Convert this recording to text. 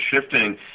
shifting